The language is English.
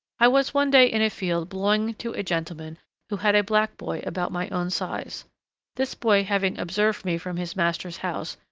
i was one day in a field belonging to a gentleman who had a black boy about my own size this boy having observed me from his master's house,